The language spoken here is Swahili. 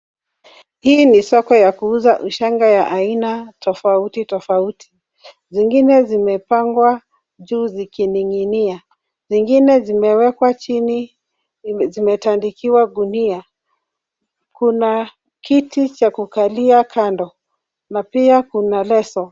Hii ni soko ya kuuza ushanga ya aina tofauti tofauti. Zingine zimepangwa juu zikining'inia. Zingine zimeweka chini zimetandikiwa gunia. Kuna kiti cha kukalia kando na pia kuna leso.